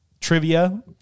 trivia